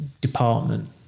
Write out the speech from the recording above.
department